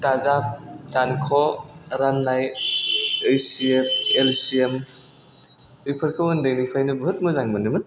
दाजाब दानख' राननाय ओइस C F L C M बेफोरखौ उन्दैनिफायनो बुहुत मोजां मोन्दोंमोन